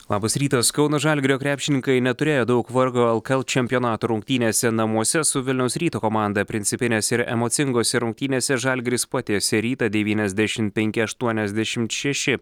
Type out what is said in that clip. labas rytas kauno žalgirio krepšininkai neturėjo daug vargo lkl čempionato rungtynėse namuose su vilniaus ryto komanda principinėse ir emocingose rungtynėse žalgiris patiesė rytą devyniasdešimt penki aštuoniasdešimt šeši